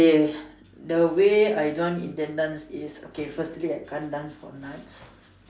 okay the way I join Indian dance is okay firstly I can't dance for nuts